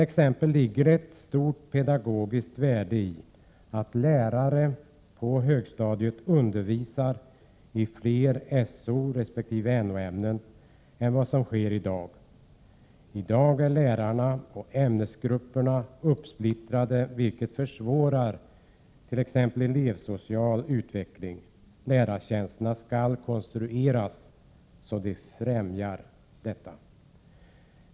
Exempelvis ligger det ett stort pedagogiskt värde i att lärare på högstadiet undervisar i fler samhällsorienterande resp. naturorienterande ämnen än vad som sker i dag. I dag är lärarna och ämnesgrupperna uppsplittrade, vilket försvårar bl.a. elevsocial utveckling. Lärartjänsterna skall konstrueras så att de främjar detta.